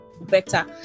better